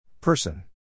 Person